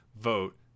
vote